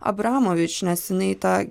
abramovič nes jinai tą